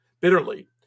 bitterly